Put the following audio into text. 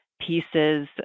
pieces